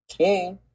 Okay